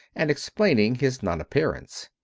and explaining his non-appearance.